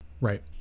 right